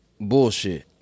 bullshit